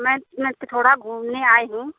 ma'am मैं तो थोड़ा घूमने आई हूँ